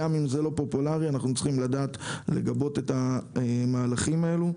גם אם זה לא פופולארי אנחנו צריכים לדעת לגבות את המהלכים האלה.